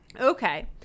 Okay